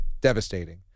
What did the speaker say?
Devastating